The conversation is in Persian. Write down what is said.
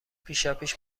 پیشاپیش